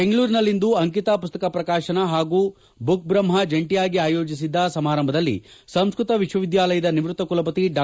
ಬೆಂಗಳೂರಿನಲ್ಲಿಂದು ಅಂಕಿತ ಪುಸ್ತಕ ಪ್ರಕಾಶನ ಹಾಗೂ ಬುಕ್ ಬ್ರಹ್ಮ ಜಂಟಿಯಾಗಿ ಅಯೋಜಿಸಿದ್ದ ಸಮಾರಂಭದಲ್ಲಿ ಸಂಸ್ಟ್ರತ ವಿಶ್ವವಿದ್ಯಾಲಯದ ನಿವೃತ್ತ ಕುಲಪತಿ ಡಾ